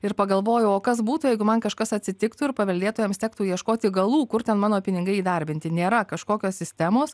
ir pagalvojau o kas būtų jeigu man kažkas atsitiktų ir paveldėtojams tektų ieškoti galų kur ten mano pinigai įdarbinti nėra kažkokios sistemos